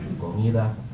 comida